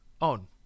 on